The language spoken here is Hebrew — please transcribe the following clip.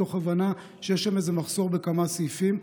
מתוך הבנה שיש שם מחסור בכמה סעיפים.